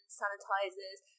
sanitizers